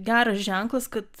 toks geras ženklas kad